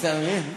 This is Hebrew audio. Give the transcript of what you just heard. אתה מבין?